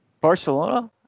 Barcelona